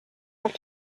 have